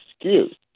excuse